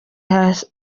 hasi